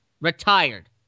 retired